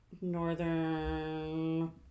northern